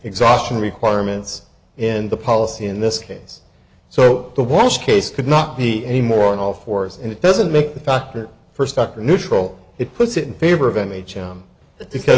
exhaustion requirements in the policy in this case so the worst case could not be any more on all fours and it doesn't make the factor for stock or neutral it puts it in favor of n h l because